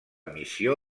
missió